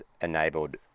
enabled